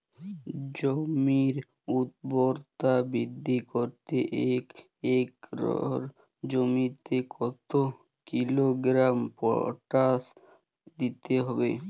জমির ঊর্বরতা বৃদ্ধি করতে এক একর জমিতে কত কিলোগ্রাম পটাশ দিতে হবে?